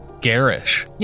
garish